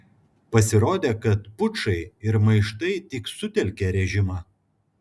pasirodė kad pučai ir maištai tik sutelkia režimą